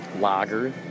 lager